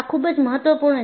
આ ખૂબ જ મહત્વપૂર્ણ છે